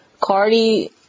Cardi